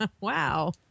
Wow